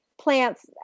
plants